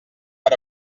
per